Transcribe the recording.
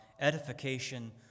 Edification